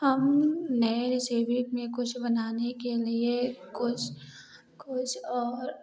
हमने रेसीपी में कुछ बनाने के लिए कुछ कुछ और